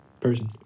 person